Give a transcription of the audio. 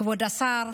כבוד השר,